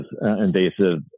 invasive